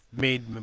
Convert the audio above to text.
Made